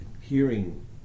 hearing